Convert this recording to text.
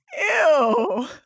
Ew